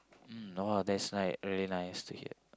mm !wah! that's like really nice to hear